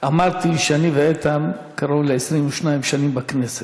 אמרתי שאיתן ואני קרוב ל-22 שנים בכנסת,